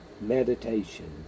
meditation